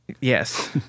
Yes